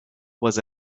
was